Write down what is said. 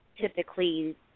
typically